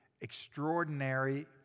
extraordinary